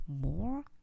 more